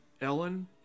Ellen